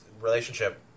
relationship